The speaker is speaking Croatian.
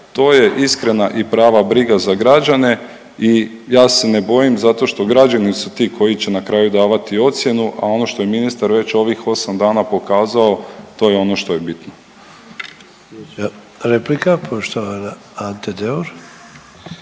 To je iskrena i prava briga za građane i ja se ne bojim zato što građani su ti koji će na kraju davati ocjenu, a ono što je ministar već ovih 8 dana pokazao to je ono što je bitno. **Sanader, Ante